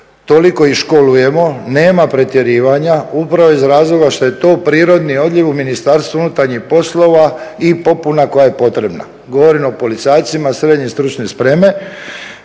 toliko ih školujemo, nema pretjerivanja upravo iz razloga što je to prirodni odljev u Ministarstvu unutarnjih poslova i popuna koja je potrebna. Govorim o policajcima srednje stručne spreme